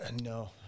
No